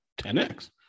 10X